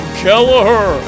kelleher